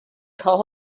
call